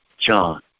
John